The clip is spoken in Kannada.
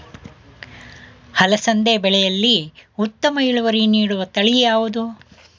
ಅಲಸಂದಿ ಬೆಳೆಯಲ್ಲಿ ಉತ್ತಮ ಇಳುವರಿ ನೀಡುವ ತಳಿ ಯಾವುದು?